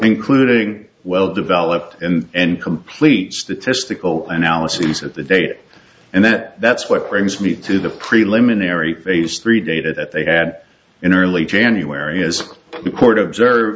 including well developed and and complete statistical analyses of the day and that that's what brings me to the preliminary phase three data that they had in early january as the court observe